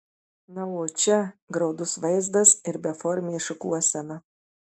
na o čia graudus vaizdas ir beformė šukuosena